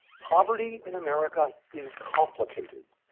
poverty in america is complicated,